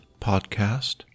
podcast